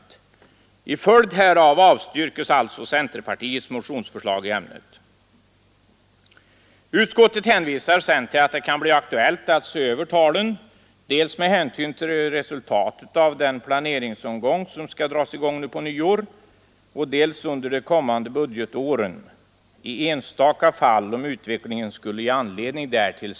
I följd härav avstyrks alltså centerpartiets motionsförslag i ämnet. Utskottet hänvisar sedan till att det kan bli aktuellt att se över talen med hänsyn till resultatet av den planeringsomgång som skall dras i gång nu på nyåret och även under de kommande budgetåren i enstaka fall om utvecklingen skulle ge anledning därtill.